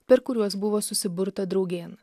per kuriuos buvo susiburta draugėn